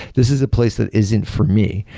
this is a place that isn't for me.